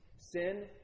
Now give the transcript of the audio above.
Sin